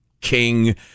King